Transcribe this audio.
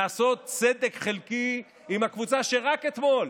לעשות צדק חלקי עם הקבוצה שרק אתמול